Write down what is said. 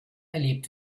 erlebt